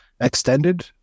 extended